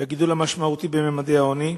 ועם הגידול המשמעותי בממדי העוני,